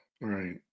right